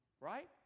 Right